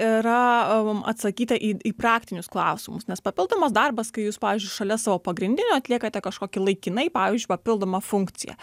yra atsakyta į į praktinius klausimus nes papildomas darbas kai jūs pavyzdžiui šalia savo pagrindinio atliekate kažkokį laikinai pavyzdžiui papildomą funkciją